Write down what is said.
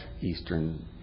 Eastern